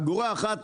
אגורה אחת,